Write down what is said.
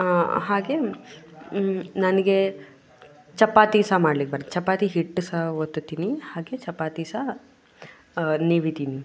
ಹಾಗೇ ನನಗೆ ಚಪಾತಿ ಸಹ ಮಾಡ್ಲಿಕ್ಕೆ ಬರುತ್ತೆ ಚಪಾತಿ ಹಿಟ್ಟು ಸಹ ಒತ್ತುತೀನಿ ಹಾಗೇ ಚಪಾತಿ ಸಹ ನೀವಿದೀನಿ